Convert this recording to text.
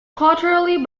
quarterly